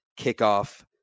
kickoff